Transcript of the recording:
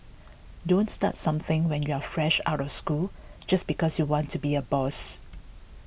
don't start something when you're fresh out of school just because you want to be a boss